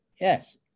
Yes